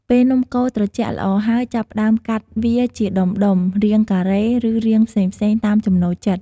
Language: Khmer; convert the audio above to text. ពេលនំកូរត្រជាក់ល្អហើយ ចាប់ផ្ដើមកាត់វាជាដុំៗ រាងការ៉េ ឬរាងផ្សេងៗ តាមចំណូលចិត្ត។